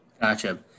Gotcha